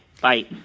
Bye